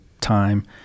time